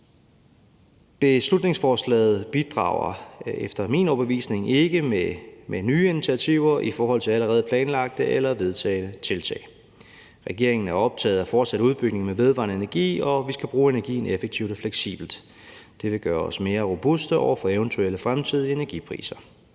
Beslutningsforslaget bidrager efter min overbevisning ikke med nye initiativer i forhold til allerede planlagte eller vedtagne tiltag. Regeringen er optaget af at fortsætte udbygningen af vedvarende energi, og vi skal bruge energien effektivt og fleksibelt. Det vil gøre os mere robuste over for eventuelle fremtidige energikriser.